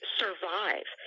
survive